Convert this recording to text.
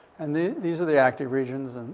and the these are the active regions.